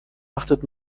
achtet